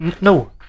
no